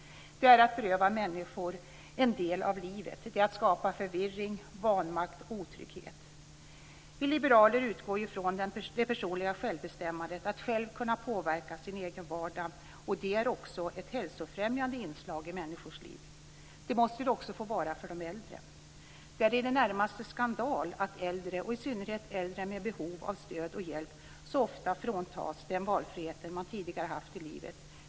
Det är att beröva människor en del av livet. Det är att skapa förvirring, vanmakt och otrygghet. Vi liberaler utgår ifrån det personliga självbestämmandet. Att själv kunna påverka sin egen vardag är också ett hälsofrämjande inslag i människors liv. Det måste det också få vara för de äldre. Det är i det närmaste skandal att äldre, och i synnerhet äldre med behov av stöd och hjälp, så ofta fråntas den valfrihet man tidigare haft i livet.